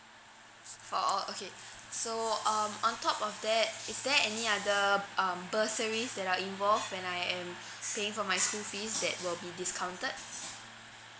for orh okay so um on top of that is there any other um bursaries that are involved when I am paying from my school fees that will be discounted